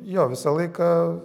jo visą laiką